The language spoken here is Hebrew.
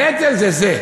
הנטל זה זה.